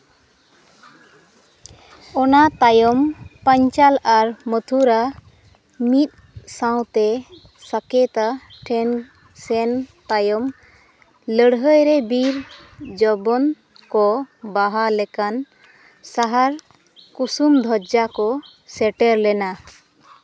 ᱚᱱᱟ ᱛᱟᱭᱚᱢ ᱯᱟᱧᱪᱟᱞ ᱟᱨ ᱢᱚᱛᱷᱩᱨᱟ ᱢᱤᱫ ᱥᱟᱶᱛᱮ ᱥᱟᱠᱮᱛᱟ ᱴᱷᱮᱱ ᱥᱮᱱ ᱛᱟᱭᱚᱢ ᱞᱟᱹᱲᱦᱟᱹᱭ ᱨᱮ ᱵᱤᱨ ᱡᱚᱵᱚᱱ ᱠᱚ ᱵᱟᱦᱟ ᱞᱮᱠᱟᱱ ᱥᱟᱦᱟᱨ ᱠᱩᱥᱩᱢ ᱫᱷᱚᱡᱡᱟ ᱠᱚ ᱥᱮᱴᱮᱨ ᱞᱮᱱᱟ